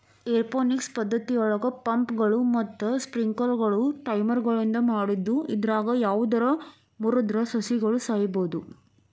aeroponics ಪದ್ದತಿಯೊಳಗ ಪಂಪ್ಗಳು ಮತ್ತ ಸ್ಪ್ರಿಂಕ್ಲರ್ಗಳು ಟೈಮರ್ಗಳಿಂದ ಮಾಡಿದ್ದು ಇದ್ರಾಗ ಯಾವದರ ಮುರದ್ರ ಸಸಿಗಳು ಸಾಯಬೋದು